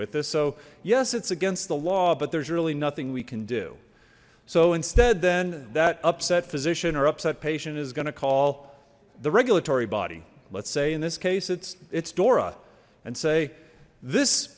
this so yes it's against the law but there's really nothing we can do so instead then that upset physician or upset patient is gonna call the regulatory body let's say in this case it's it's dora and say this